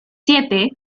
siete